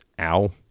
ow